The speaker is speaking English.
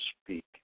speak